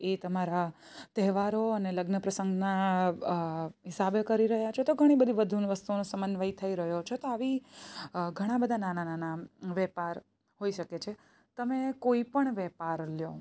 એ તમારા તહેવારો અને લગ્ન પ્રસંગ ના હિસાબે કરી રહ્યા છો તો ઘણી બધી બધુનું વસ્તુનું સમન્વય થઈ રહ્યો છે તો આવી ઘણા બધા નાના વેપાર હોઈ શકે છે તમે કોઈ પણ વેપાર લ્યો